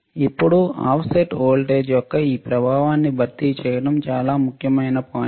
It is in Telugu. ఇప్పుడు ఆఫ్సెట్ వోల్టేజ్ యొక్క ఈ ప్రభావాన్ని భర్తీ చేయడం చాలా ముఖ్యమైన పాయింట్